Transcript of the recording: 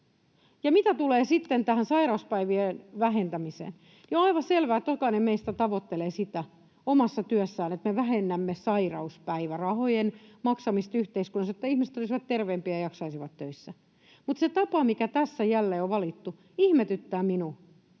sitten tähän sairauspäivien vähentämiseen, niin on aivan selvää, että jokainen meistä tavoittelee omassa työssään sitä, että me vähennämme sairauspäivärahojen maksamista yhteiskunnassa, että ihmiset olisivat terveempiä ja jaksaisivat töissä. Mutta se tapa, mikä tässä jälleen on valittu, ihmetyttää minua.